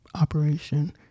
operation